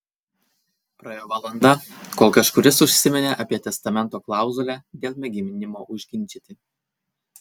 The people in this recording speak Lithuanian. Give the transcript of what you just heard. praėjo valanda kol kažkuris užsiminė apie testamento klauzulę dėl mėginimo užginčyti